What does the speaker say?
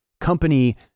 company